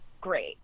great